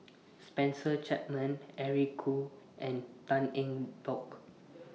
Spencer Chapman Eric Khoo and Tan Eng Bock